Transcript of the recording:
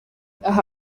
aha